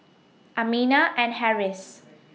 Aminah and Harris